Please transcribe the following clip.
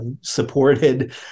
supported